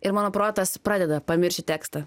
ir mano protas pradeda pamiršti tekstą